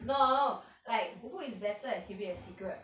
no like who is better at keeping a secret